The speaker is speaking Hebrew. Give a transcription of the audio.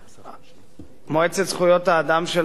מועצת זכויות האדם של האו"ם היא אחד הגורמים